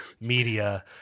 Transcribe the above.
media